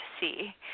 see